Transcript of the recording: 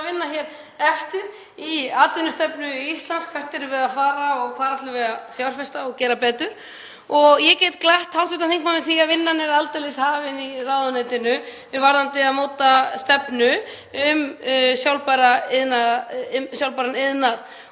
að vinna eftir í atvinnustefnu Íslands? Hvert erum við að fara og hvar ætlum við að fjárfesta og gera betur? Ég get glatt hv. þingmann með því að vinnan er aldeilis hafin í ráðuneytinu varðandi það að móta stefnu um sjálfbæran iðnað.